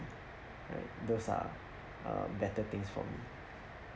alright those are uh better things for me